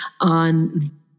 on